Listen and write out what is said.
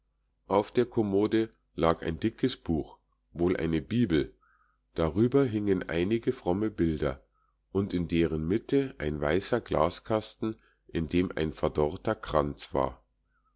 auf der kommode lag ein dickes buch wohl eine bibel darüber hingen einige fromme bilder und in deren mitte ein weißer glaskasten in dem ein verdorrter kranz war